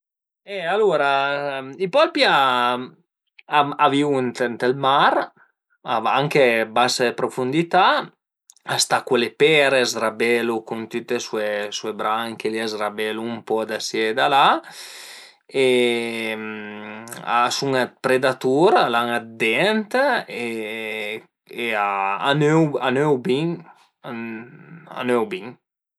Alura i polpi a vivu ënt ël mar, a va anche a base prufundità, a s'atacu a le pere, a s'rabelu cun tüte sue branchie, a s'rabelu ën po da si e da la e a sun dë predatur, al an dë dent e a nöu a nöu bin ë a nöu bin